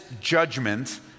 judgment